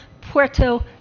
Puerto